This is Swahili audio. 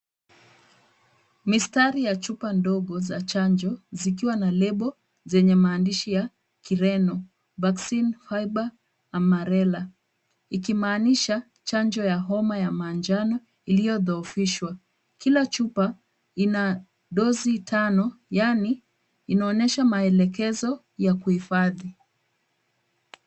Mistari ya chupa ndogo za chanjo zikiwa na lebo zenye maandishi ya kireno vacina febre amarela , ikimaanisha chanjo ya homa ya manjano iliyodhoofishwa. Kila chupa ina dosi tano yaani inaonesha maelekezo ya kuhifadhi.